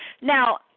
now